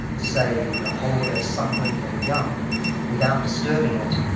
say, a polar bear suckling her young without disturbing it.